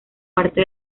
parte